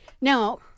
Now